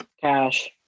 Cash